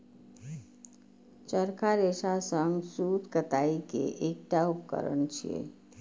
चरखा रेशा सं सूत कताइ के एकटा उपकरण छियै